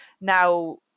now